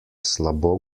slabo